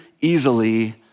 easily